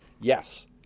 yes